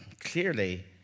clearly